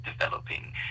developing